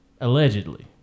Allegedly